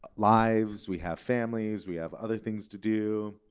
lives. we have families. we have other things to do.